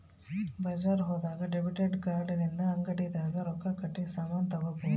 ಬಜಾರ್ ಹೋದಾಗ debit card ಇಂದ ಅಂಗಡಿ ದಾಗ ರೊಕ್ಕ ಕಟ್ಟಿ ಸಾಮನ್ ತಗೊಬೊದು